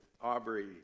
Aubrey